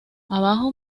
abajo